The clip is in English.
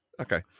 Okay